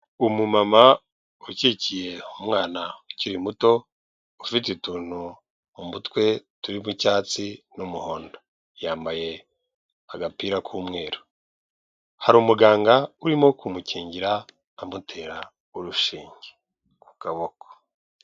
Umumama ukikiye umwana ukiri muto ufite utuntu mu mutwe turi mo icyatsi n'umuhondo ,yambaye agapira k'umweru hari umuganga urimo kumukingira amutera urushege ku kaboko.